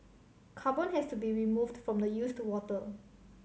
carbon has to be removed from the used water